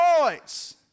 boys